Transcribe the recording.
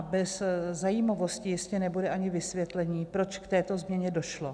Bez zajímavosti jistě nebude ani vysvětlení, proč k této změně došlo.